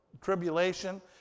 tribulation